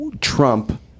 Trump